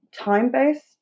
time-based